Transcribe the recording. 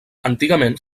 antigament